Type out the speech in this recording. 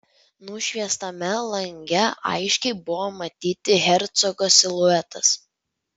nušviestame lange aiškiai buvo matyti hercogo siluetas